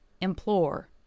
implore